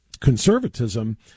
conservatism